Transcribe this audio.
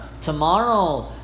tomorrow